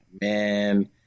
Man